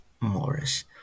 Morris